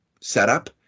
setup